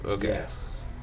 Yes